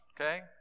okay